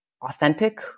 authentic